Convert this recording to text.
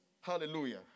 Hallelujah